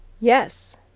Yes